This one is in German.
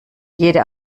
jede